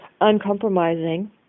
uncompromising